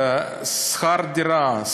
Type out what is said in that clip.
שכר דירה,